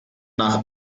nach